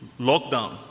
lockdown